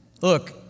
Look